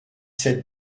sept